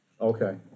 Okay